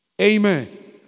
Amen